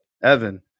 Evan